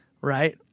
right